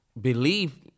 believe